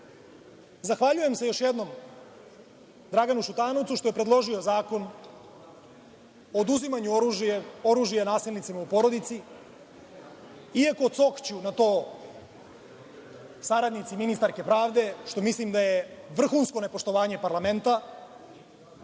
danas. Zahvaljujem se još jednom Draganu Šutanovcu što je predložio Zakon o oduzimanju oružja nasilnicima u porodici iako cokću na to saradnici ministarke pravde, što mislim da je vrhunsko nepoštovanje parlamenta